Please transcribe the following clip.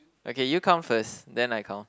okay you count first then I count